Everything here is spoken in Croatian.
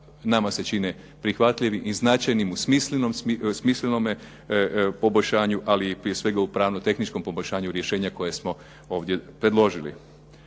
nama se čine prihvatljivi i značajni u smislenome poboljšanju, ali i prije svega u pravno-tehničkom poboljšanju rješenja koje smo ovdje predložili.